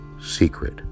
secret